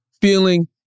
feeling